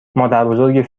مادربزرگ